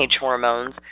hormones